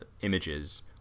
images